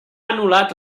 anul·lat